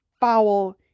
foul